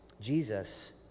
Jesus